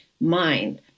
mind